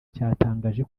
cyatangaje